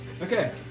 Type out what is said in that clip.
Okay